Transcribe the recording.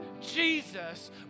Jesus